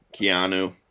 Keanu